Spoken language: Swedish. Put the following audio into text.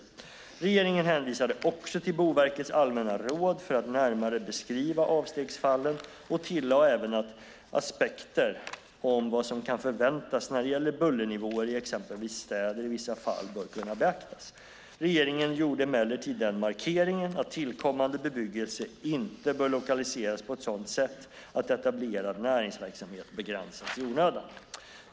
Regeringen hänvisade också till Boverkets allmänna råd för att närmare beskriva avstegsfallen och tillade även att aspekter om vad som kan förväntas när det gäller bullernivåer i exempelvis städer i vissa fall bör kunna beaktas. Regeringen gjorde emellertid den markeringen att tillkommande bebyggelse inte bör lokaliseras på ett sådant sätt att etablerad näringsverksamhet begränsas i onödan.